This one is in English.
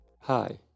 Hi